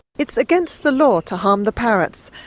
it's against the law to harm the parrots,